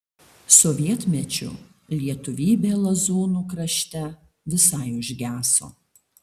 sovietmečiu lietuvybė lazūnų krašte visai užgeso